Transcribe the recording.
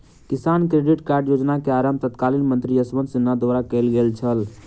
किसान credit card योजना के आरम्भ तत्कालीन मंत्री यशवंत सिन्हा द्वारा कयल गेल छल